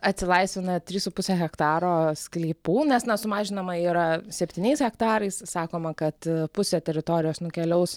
atsilaisvina trys su puse hektaro sklypų nes na sumažinama yra septyniais hektarais sakoma kad pusė teritorijos nukeliaus